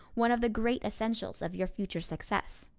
one of the great essentials of your future success.